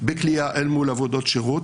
בכליאה אל מול עבודות שירות.